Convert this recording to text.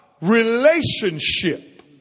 Relationship